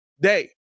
day